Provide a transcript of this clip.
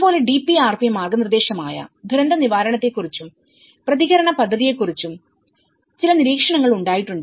അതുപോലെ ഡിപിആർപി മാർഗ്ഗനിർദ്ദേശമായ ദുരന്ത നിവാരണത്തെക്കുറിച്ചും പ്രതികരണ പദ്ധതിയെക്കുറിച്ചും ചില നിരീക്ഷണങ്ങൾ ഉണ്ടായിട്ടുണ്ട്